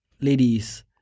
ladies